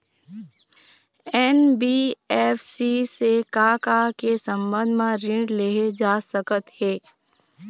NBFC से का का के संबंध म ऋण लेहे जा सकत हे?